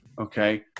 Okay